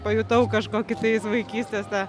pajutau kažkokį tais vaikystės tą